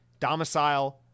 Domicile